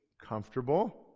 comfortable